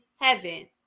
heaven